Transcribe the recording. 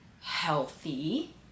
healthy